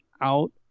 out